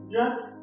Drugs